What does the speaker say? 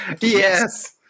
Yes